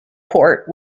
port